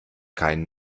keinen